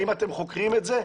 האם אתם חוקרים את זה?